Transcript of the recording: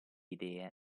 idee